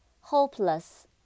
Hopeless